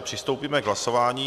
Přistoupíme k hlasování.